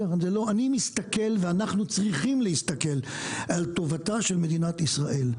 אני מסתכל ואנחנו צריכים להסתכל על טובתה של מדינת ישראל,